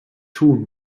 tun